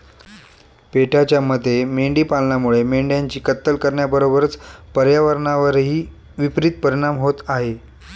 पेटाच्या मते मेंढी पालनामुळे मेंढ्यांची कत्तल करण्याबरोबरच पर्यावरणावरही विपरित परिणाम होत आहे